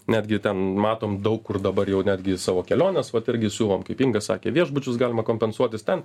netgi ten matom daug kur dabar jau netgi savo keliones vat irgi siūlom kaip inga sakė viešbučius galima kompensuotis ten